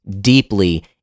deeply